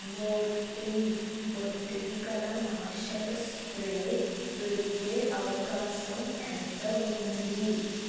Mortein బొద్దింకల నాశక spray దొరికే అవకాశం ఎంత ఉంది